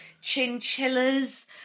chinchillas